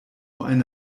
eine